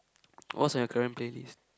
what's on your current playlist